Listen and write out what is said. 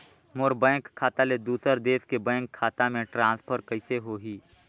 मोर bank खाता ले दुसर देश के बैंक खाता मे ट्रांसफर कइसे होही?